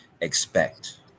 expect